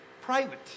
private